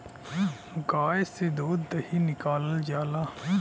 गाय से दूध दही निकालल जाला